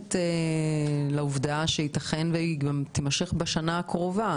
נערכת לעובדה שיתכן והמלחמה תימשך בשנה הקרובה,